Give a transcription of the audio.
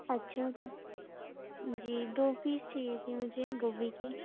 اچھا تو جی دو پیس چاہیے تھی مجھے گوبھی کی